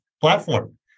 platform